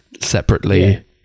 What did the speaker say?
separately